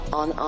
on